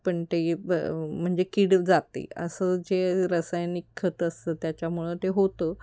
पण ते ब म्हणजे किड जाते असं जे रासायनिक खतं असतं त्याच्यामुळे ते होतं